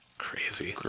Crazy